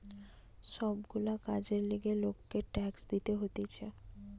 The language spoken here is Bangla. সব গুলা কাজের লিগে লোককে ট্যাক্স দিতে হতিছে